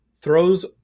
throws